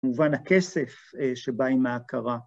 ‫במובן הכסף שבא עם ההכרה.